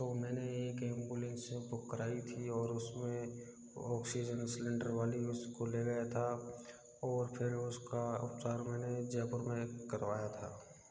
तो मैं ने एक एंबुलेंस बुक कराई थी और उस में ऑक्सीजन सिलेंडर वाली उस को ले गया था और फिर उस का उपचार मैं ने जयपुर में करवाया था